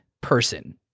person